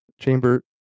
chamber